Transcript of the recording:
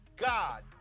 God